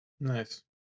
nice